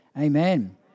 Amen